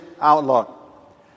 outlook